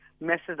messes